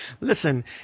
listen